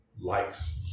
likes